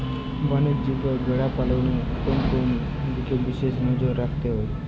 বাণিজ্যিকভাবে ভেড়া পালনে কোন কোন দিকে বিশেষ নজর রাখতে হয়?